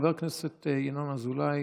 חבר הכנסת ינון אזולאי,